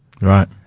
Right